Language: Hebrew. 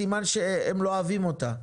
סימן שהם לא אוהבים אותה.